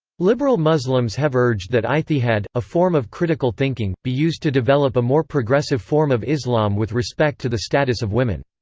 liberal muslims have urged that ijtihad, a form of critical thinking, be used to develop a more progressive form of islam with respect to the status of women.